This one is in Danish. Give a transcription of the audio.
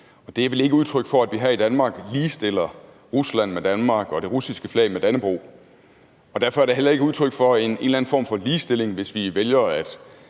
Det er vel ikke udtryk for, at vi her i Danmark ligestiller Rusland med Danmark og det russiske flag med Dannebrog. Og derfor er det heller ikke udtryk for en eller anden form for ligestilling, hvis vi vælger at